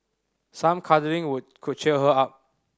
some cuddling would could cheer her up